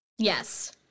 Yes